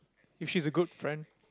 if she's a good friend